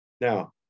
Now